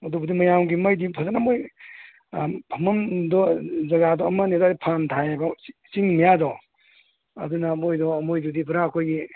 ꯑꯗꯨꯕꯨꯗꯤ ꯃꯌꯥꯝꯒꯤ ꯃꯥꯏꯗꯤ ꯐꯖꯅ ꯃꯣꯏ ꯐꯝꯕꯝꯗꯣ ꯖꯒꯥꯗꯣ ꯑꯃꯅꯤ ꯑꯗꯥꯏꯗ ꯐꯥꯟ ꯊꯥꯏꯌꯦꯕ ꯆꯤꯡꯒꯤ ꯃꯌꯥꯗꯣ ꯑꯗꯨꯅ ꯃꯣꯏꯗꯣ ꯃꯣꯏꯗꯨꯗꯤ ꯄꯨꯔꯥ ꯑꯩꯈꯣꯏꯒꯤ